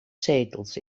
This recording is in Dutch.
zetels